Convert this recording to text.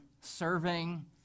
serving